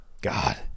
god